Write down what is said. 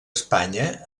espanya